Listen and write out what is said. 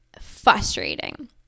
frustrating